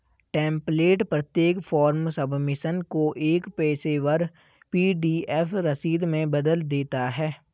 template प्रत्येक form submission को एक पेशेवर पी.डी.एफ रसीद में बदल देता है